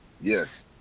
yes